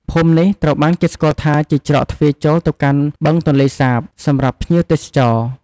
ភូមិនេះត្រូវបានគេស្គាល់ថាជាច្រកទ្វារចូលទៅកាន់បឹងទន្លេសាបសម្រាប់ភ្ញៀវទេសចរ។